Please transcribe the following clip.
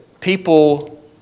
people